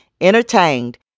entertained